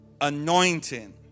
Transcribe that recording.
anointing